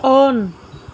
on